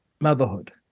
motherhood